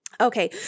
Okay